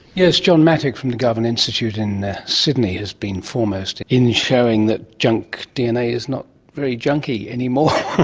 yes, john mattick from the garvan institute in sydney has been foremost in showing that junk dna is not very junky anymore.